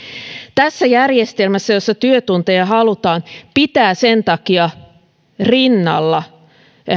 tässä järjestelmässä jossa työntunteja halutaan pitää sen takia siinä rinnalla